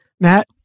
matt